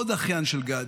עוד אחיין של גדי.